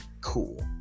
cool